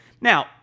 Now